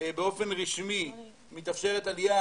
באופן רשמי מתאפשרת עליה,